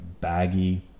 baggy